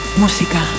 música